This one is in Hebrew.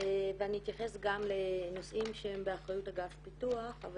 ואני אתייחס גם לנושאים שהם באחריות אגף פיתוח אבל